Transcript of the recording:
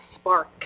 spark